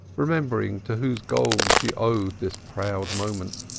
remembering to whose gold she owed this proud moment.